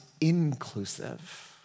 inclusive